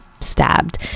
stabbed